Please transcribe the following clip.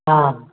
हा